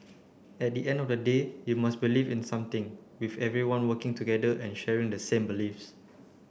at the end of the day you must believe in something with everyone working together and sharing the same beliefs